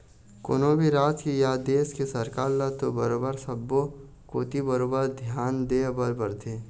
कोनो भी राज के या देश के सरकार ल तो बरोबर सब्बो कोती बरोबर धियान देय बर परथे